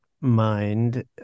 mind